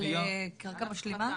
על קרקע משלימה?